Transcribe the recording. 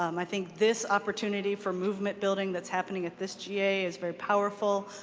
um i think this opportunity for movement building that's happening at this ga is very powerful,